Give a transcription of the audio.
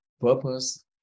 purpose